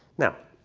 now,